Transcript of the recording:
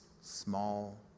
small